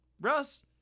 Russ